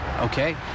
Okay